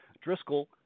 Driscoll